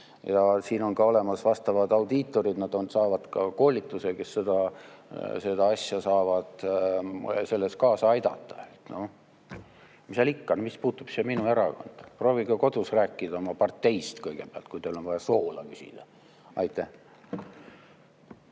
siin on olemas vastavad audiitorid, nad saavad ka koolituse, kes seda asja, selles saavad kaasa aidata. Mis seal ikka … Mis puutub siia minu erakond? Proovige kodus rääkida oma parteist kõigepealt, kui teil on vaja soola küsida. Aitäh!